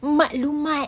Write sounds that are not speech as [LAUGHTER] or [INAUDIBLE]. [NOISE]